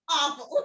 awful